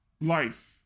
life